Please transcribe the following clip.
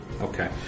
Okay